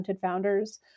founders